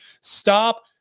Stop